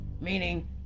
Meaning